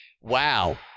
Wow